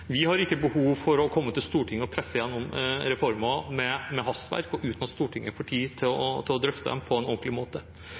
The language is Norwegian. Vi har ikke behov for å komme til Stortinget og presse igjennom reformer med hastverk, uten at Stortinget får tid til å